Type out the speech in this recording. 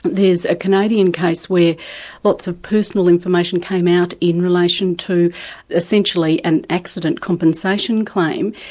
there's a canadian case where lots of personal information came out in relation to essentially an accident compensation claim,